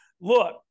Look